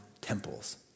temples